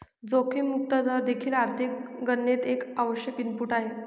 जोखीम मुक्त दर देखील आर्थिक गणनेत एक आवश्यक इनपुट आहे